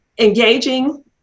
engaging